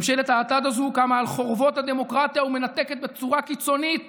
ממשלת האטד הזאת קמה על חורבות הדמוקרטיה ומתנתקת בצורה קיצונית